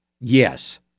Yes